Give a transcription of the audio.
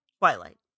Twilight